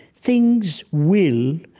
things will,